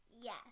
yes